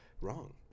Wrong